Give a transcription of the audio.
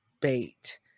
bait